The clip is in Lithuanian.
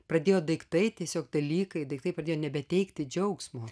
pradėjo daiktai tiesiog dalykai daiktai pradėjo nebeteikti džiaugsmo